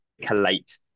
collate